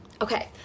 Okay